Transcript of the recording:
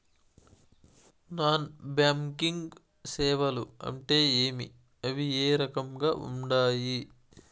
non banking సేవలు అంటే ఏమి అవి ఏ రకంగా ఉండాయి